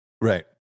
Right